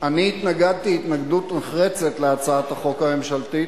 אני התנגדתי התנגדות נחרצת להצעת החוק הממשלתית,